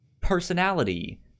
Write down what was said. personality